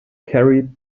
carried